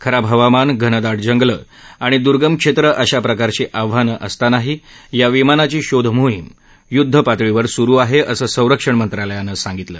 खराब हवामान घनदाट जंगल आणि द्र्गम क्षेत्र अशा प्रकारची आव्हानं असतानाही या विमानाची शोध मोहीम युद्धपातळीवर सुरु आहे असं संरक्षण मंत्रालयान सांगितलं